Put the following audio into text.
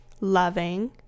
loving